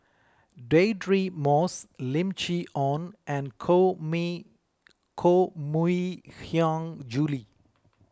Deirdre Moss Lim Chee Onn and Koh Mi Koh Mui Hiang Julie